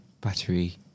battery